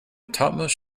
topmost